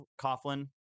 Coughlin